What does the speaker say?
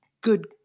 good